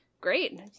Great